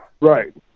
Right